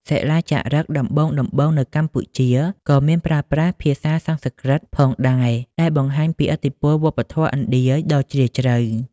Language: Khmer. សិលាចារឹកដំបូងៗនៅកម្ពុជា ក៏មានប្រើប្រាស់ ភាសាសំស្ក្រឹត ផងដែរ ដែលបង្ហាញពីឥទ្ធិពលវប្បធម៌ឥណ្ឌាដ៏ជ្រាលជ្រៅ។